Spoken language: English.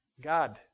God